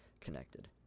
connected